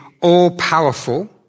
all-powerful